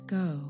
go